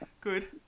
good